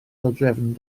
dodrefn